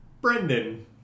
Brendan